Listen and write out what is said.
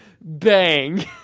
Bang